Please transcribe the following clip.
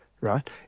right